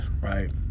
right